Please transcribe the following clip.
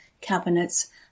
cabinets